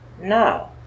No